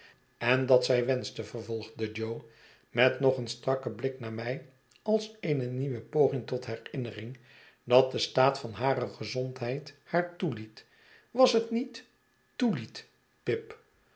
en dat zij wenschte vervolgde jo met nog een strakken blik naar mij als eene nieuwe poging tot herinnering dat de staat van hare gezondheid haar toeliet was het niet toeliet pip